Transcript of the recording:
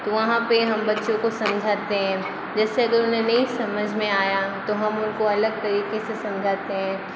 तो वहाँ पर हम बच्चों को समझाते हैं जैसे अगर उन्हें नहीं समझ में आया तो हम उनको अलग तरीक़े से समझाते हैं